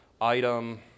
item